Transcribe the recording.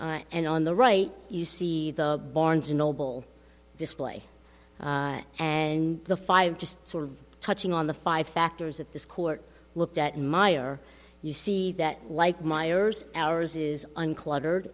ear and on the right you see the barnes and noble display and the five just sort of touching on the five factors that this court looked at meyer you see that like miers ours is uncluttered